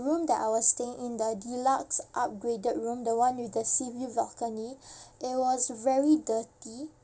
room that I was staying in the deluxe upgraded room the one with the sea view balcony it was very dirty